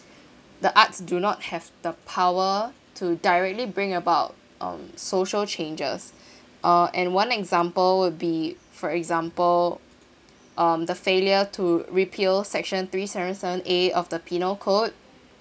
the arts do not have the power to directly bring about um social changes uh and one example will be for example um the failure to repeal section three seven seven A of the penal code